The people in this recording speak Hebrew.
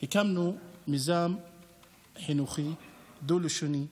הקמנו מיזם חינוכי דו-לשוני.